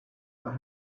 that